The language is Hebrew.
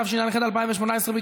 התשע"ח 2018,